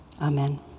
Amen